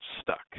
stuck